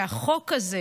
והחוק הזה,